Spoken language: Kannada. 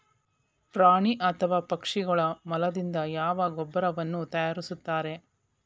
ಪ್ರಾಣಿ ಅಥವಾ ಪಕ್ಷಿಗಳ ಮಲದಿಂದ ಯಾವ ಗೊಬ್ಬರವನ್ನು ತಯಾರಿಸುತ್ತಾರೆ?